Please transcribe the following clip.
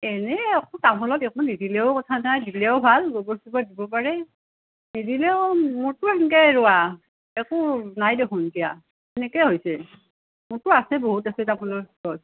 এনেই তামোলত একো নিদিলেও কথা নাই দিলেও ভাল গোবৰ চোবৰ দিব পাৰে নিদিলেও মোৰতো সেনেকৈয়ে ৰুৱা একো নাই দেখোন দিয়া সেনেকেই হৈছে মোৰতো আছে বহুত আছে তামোলৰ গছ